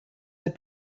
had